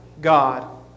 God